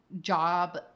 job